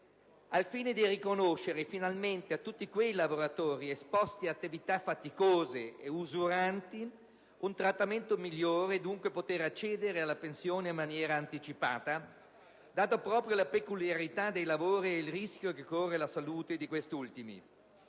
al fine di riconoscere finalmente a tutti quei lavoratori esposti ad attività faticose e usuranti un trattamento migliore e dunque poter accedere alla pensione in maniera anticipata, considerata la peculiarità dei lavori e il rischio per la salute di questi ultimi.